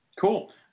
cool